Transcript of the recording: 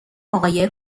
آقای